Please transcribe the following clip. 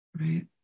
right